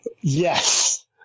Yes